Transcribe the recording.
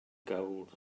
gold